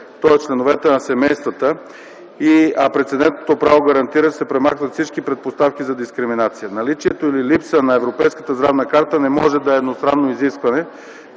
т.е. за членовете на семействата. Прецедентното право гарантира да се премахнат всички предпоставки за дискриминация. Наличието или липсата на европейска здравна карта не може да бъде едностранно изискване